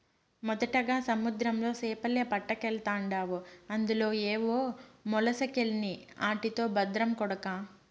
మొదటగా సముద్రంలో సేపలే పట్టకెల్తాండావు అందులో ఏవో మొలసకెల్ని ఆటితో బద్రం కొడకా